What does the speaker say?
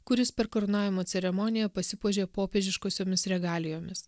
kuris per karūnavimo ceremoniją pasipuošė popiežiškosiomis regalijomis